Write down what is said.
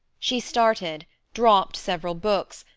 she started, dropped several books,